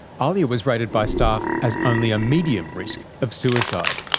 ahlia was rated by staff as only a medium risk of suicide.